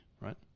right